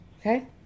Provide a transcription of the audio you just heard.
okay